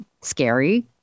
scary